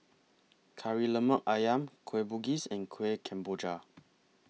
Kari Lemak Ayam Kueh Bugis and Kueh Kemboja